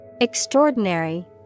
Extraordinary